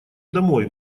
домой